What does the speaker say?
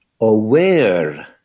aware